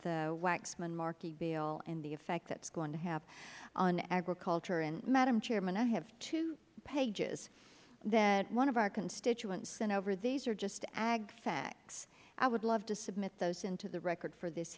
bill and the effect it is going to have on agriculture and madam chairman i have two pages that one of our constituents sent over these are just ag facts i would love to submit those into the record for this